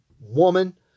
woman